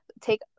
take